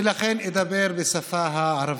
ולכן אדבר בשפה הערבית.